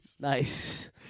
Nice